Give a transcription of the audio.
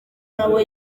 nabo